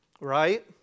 right